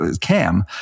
CAM